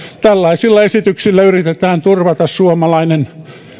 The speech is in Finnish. tällaisilla esityksillä yritetään turvata suomalainen